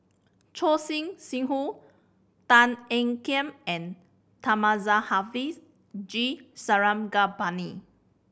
Choor Singh Sidhu Tan Ean Kiam and Thamizhavel G Sarangapani